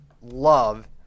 love